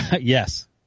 Yes